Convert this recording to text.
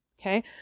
Okay